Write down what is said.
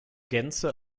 gänze